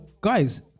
guys